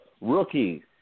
rookie